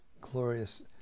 glorious